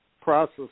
process